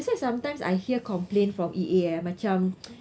that's why sometimes I hear complain from E_A ah macam